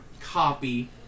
copy